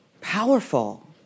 powerful